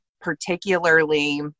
particularly